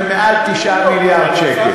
הם מעל 9 מיליארד שקל.